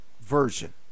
version